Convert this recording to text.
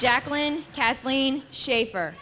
jacqueline kathleen schaefer